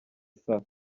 saa